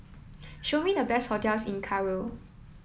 show me the best hotels in Cairo